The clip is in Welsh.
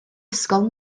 ysgol